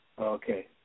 Okay